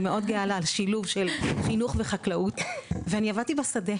אני מאוד גאה על השילוב של חינוך וחקלאות ואני עבדתי בשדה